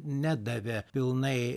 nedavė pilnai